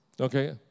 okay